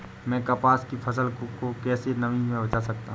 मैं कपास की फसल को कैसे नमी से बचा सकता हूँ?